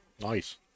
Nice